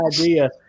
idea